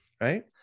Right